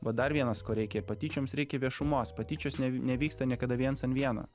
va dar vienas ko reikia ir patyčioms reikia viešumos patyčios ne nevyksta niekada viens ant vieno